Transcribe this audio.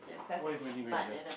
what if Hermoine-Granger